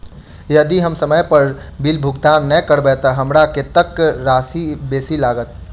यदि हम समय पर बिल भुगतान नै करबै तऽ हमरा कत्तेक राशि बेसी लागत?